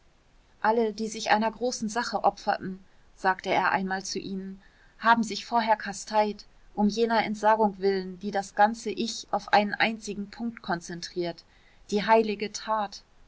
alle die sich einer großen sache opferten sagte er einmal zu ihnen haben sich vorher kasteit um jener entsagung willen die das ganze ich auf einen einzigen punkt konzentriert die heilige tat